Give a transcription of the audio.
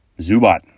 Zubat